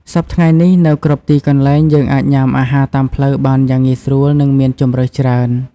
សព្វថ្ងៃនេះ នៅគ្រប់ទីកន្លែង យើងអាចញុំាអាហារតាមផ្លូវបានយ៉ាងងាយស្រួល និងមានជម្រើសច្រើន។